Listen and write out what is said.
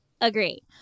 Agree